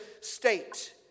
state